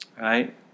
right